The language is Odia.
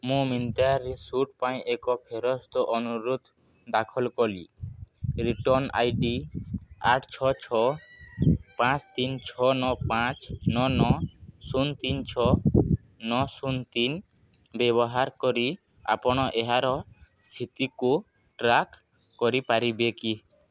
ମୁଁ ମିନ୍ତ୍ରାରେ ସୁଟ୍ ପାଇଁ ଏକ ଫେରସ୍ତ ଅନୁରୋଧ ଦାଖଲ କଲି ରିଟର୍ଣ୍ଣ ଆଇ ଡ଼ି ଆଠ ଛଅ ଛଅ ପାଞ୍ଚ ତିନି ଛଅ ନଅ ପାଞ୍ଚ ନଅ ନଅ ଶୂନ ତିନି ଛଅ ନଅ ଶୂନ ତିନି ବ୍ୟବହାର କରି ଆପଣ ଏହାର ସ୍ଥିତିକୁ ଟ୍ରାକ୍ କରିପାରିବେ କି